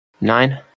Nine